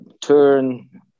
turn